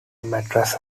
mattress